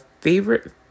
favorite